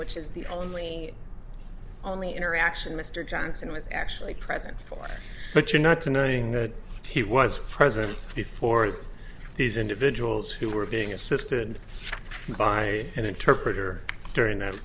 which is the only only interaction mr johnson was actually present for but you're not tonight in that he was present before these individuals who were being assisted by an interpreter during th